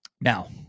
Now